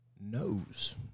knows